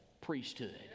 priesthood